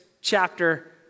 chapter